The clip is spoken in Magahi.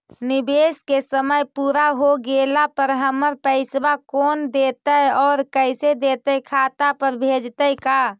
निवेश के समय पुरा हो गेला पर हमर पैसबा कोन देतै और कैसे देतै खाता पर भेजतै का?